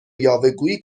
یاوهگویی